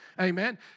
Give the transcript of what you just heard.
Amen